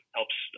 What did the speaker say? helps